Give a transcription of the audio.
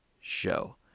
show